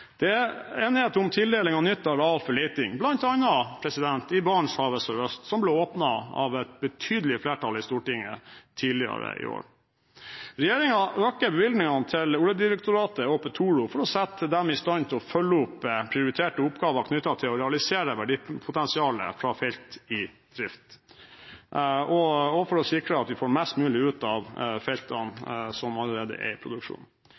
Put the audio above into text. Det er enighet om tildeling av nytt areal for leting, bl.a. i Barentshavet sørøst, som ble åpnet av et betydelig flertall i Stortinget tidligere i år. Regjeringen øker bevilgningene til Oljedirektoratet og Petoro for å sette dem i stand til å følge opp prioriterte oppgaver knyttet til å realisere verdipotensialet fra felt i drift og for å sikre at vi får mest mulig ut av feltene som allerede er i produksjon.